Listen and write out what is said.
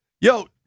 Yo